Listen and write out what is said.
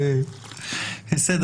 אז לא אגב אורך עושים תיקוני חקיקה,